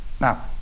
now